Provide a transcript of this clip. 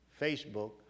Facebook